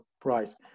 price